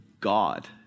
God